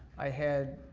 i had,